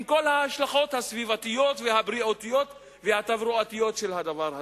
עם כל ההשלכות הסביבתיות והבריאותיות והתברואתיות של הדבר הזה.